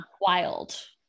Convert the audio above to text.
wild